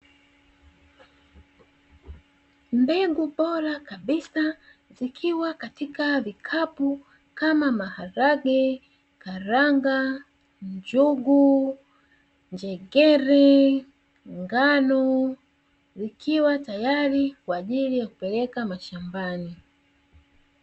Mbegu bora kabisa zikiwa katika vikapu kama maharage, karanga, njugu, njegere, ngano zikiwa tayari kwaajili ya kupeleka mashambani.